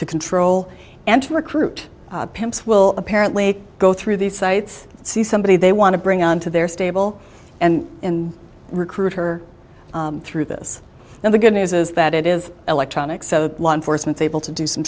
to control and to recruit pimps will apparently go through these sites see somebody they want to bring on to their stable and recruit her through this now the good news is that it is electronic so the law enforcement able to do some